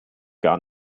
gar